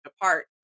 apart